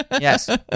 Yes